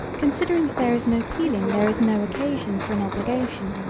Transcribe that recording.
considering that there is no pealing there is no occasion for an obligation,